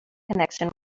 connection